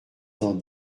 cent